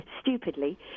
Stupidly